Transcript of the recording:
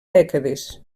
dècades